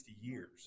years